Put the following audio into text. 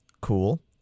cool